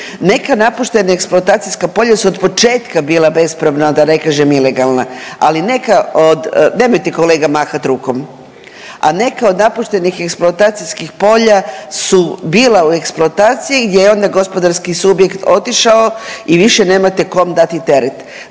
Neka napuštena eksploatacijska polja su od početka bila bespravna, a da ne kažem ilegalna, ali neka od, nemojte kolega mahat rukom, a neka od napuštenih eksploatacijskih polja su bila u eksploataciji gdje je onda gospodarski subjekt otišao i više nemate kom dati teret.